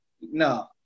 no